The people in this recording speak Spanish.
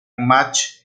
match